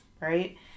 right